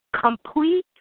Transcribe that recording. complete